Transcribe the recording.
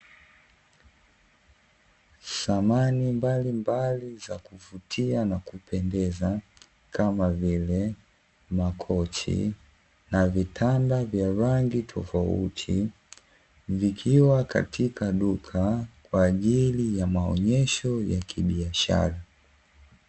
Samani mbalimbali za kuvutia na kupendeza, kama vile makochi na vitanda vya rangi tofautitofauti vikiwa katika duka kwaajili ya maonyesho ya kibiashara.